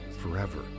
forever